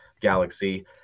galaxy